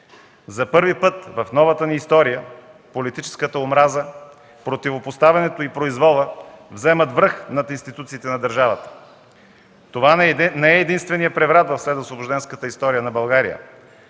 За първи път в новата ни история политическата омраза, противопоставянето и произволът вземат връх над институциите на държавата. Това не е единственият преврат в следосвобожденската история на България,